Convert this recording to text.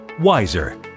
Wiser